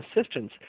assistance